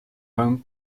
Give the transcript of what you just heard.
home